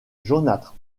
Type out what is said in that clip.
jaunâtre